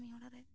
ᱠᱟᱹᱢᱤ ᱦᱚᱨᱟ ᱨᱮ